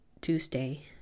Tuesday